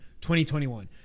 2021